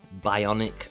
bionic